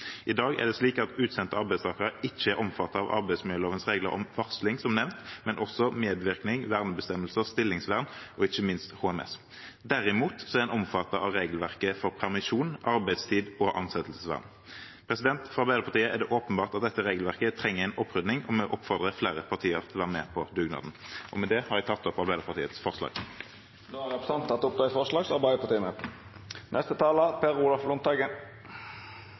ikke utsendte arbeidstakere omfattet av arbeidsmiljølovens regler om varsling, som nevnt, men heller ikke når det gjelder medvirkning, vernebestemmelser, stillingsvern og ikke minst HMS. Derimot er man omfattet av regelverket for permisjon, arbeidstid og ansettelsesvern. For Arbeiderpartiet er det åpenbart at dette regelverket trenger en opprydning, og vi oppfordrer flere partier til å være med på dugnaden. Med det har jeg tatt opp forslaget fra Arbeiderpartiet og SV. Representanten Eigil Knutsen har teke opp